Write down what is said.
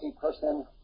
person